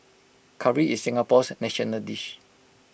Curry is Singapore's national dish